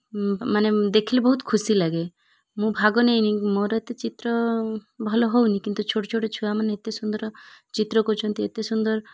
ମାନେ ଦେଖିଲେ ବହୁତ ଖୁସି ଲାଗେ ମୁଁ ଭାଗ ନେଇନି ମୋର ଏତେ ଚିତ୍ର ଭଲ ହେଉନି କିନ୍ତୁ ଛୋଟ ଛୋଟ ଛୁଆମାନେ ଏତେ ସୁନ୍ଦର ଚିତ୍ର କରୁଛନ୍ତି ଏତେ ସୁନ୍ଦର